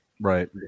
Right